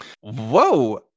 Whoa